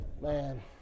Man